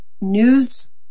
news